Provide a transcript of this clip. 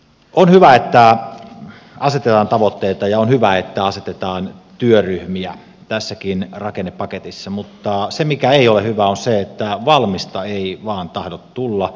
on hyvä että asetetaan tavoitteita ja on hyvä että asetetaan työryhmiä tässäkin rakennepaketissa mutta se mikä ei ole hyvää on se että valmista ei vain tahdo tulla